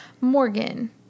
Morgan